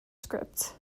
script